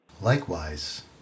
Likewise